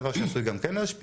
דבר שעשוי גם כן להשפיע,